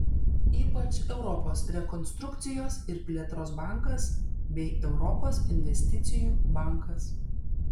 ypač europos rekonstrukcijos ir plėtros bankas bei europos investicijų bankas